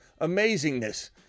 amazingness